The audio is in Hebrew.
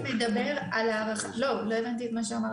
אתה בעצם מדבר, לא הבנתי את מה שאמרת.